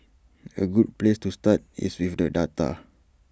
A good place to start is with the data